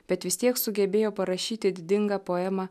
bet vis tiek sugebėjo parašyti didingą poemą